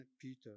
Peter